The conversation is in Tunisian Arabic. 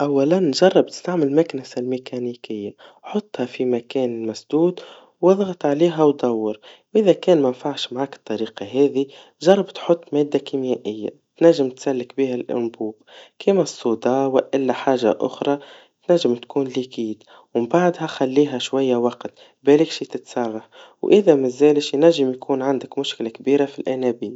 أولاً جرب تستعمل مكنسا ميكانيكية, حطها في مكان مسدود واضغط عليها ودور, وإذا كان منفعش معاك الطريقا هاذي, جرب تحط مادا كيميائيا تنجم تسلك بيه الأنبوب, كيما الصودا وإلا حاجا أخرى, تنجم تكون ليكيد, ومن بعدها خليها شويا وقت بالك شي تتسرى, وإذا مازالش ينجم يكون عندك كبيرا في الأنابيب.